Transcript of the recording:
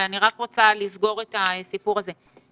אבל יכול להיות שיהיה לנו דור אבוד.